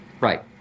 Right